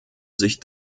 sich